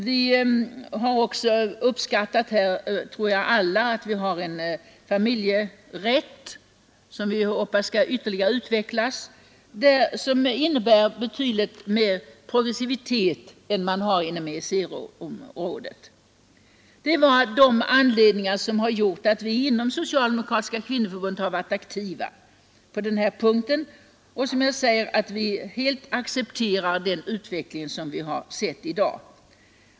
Vi har också alla uppskattat att vi har en familjerätt, som vi hoppas skall ytterligare utvecklas och som innebär betydligt mer progressivitet än vad man har inom EEC Det är anledningen till att vi inom det socialdemokratiska kvinnoförbundet varit aktiva på den här punkten och helt accepterar den utveckling som vi har sett i dag.